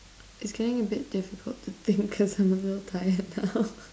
it's getting a bit difficult to think because I'm a little tired now